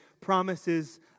promises